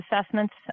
assessments